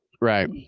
Right